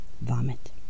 Vomit